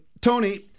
Tony